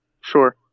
Sure